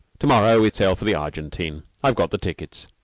to-morrow we sail for the argentine. i've got the tickets.